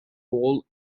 role